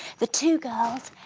the two girls